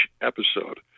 episode